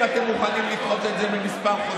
אם אתם מוכנים לדחות את זה בכמה חודשים,